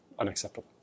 unacceptable